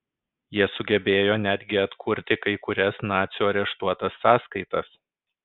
jie sugebėjo netgi atkurti kai kurias nacių areštuotas sąskaitas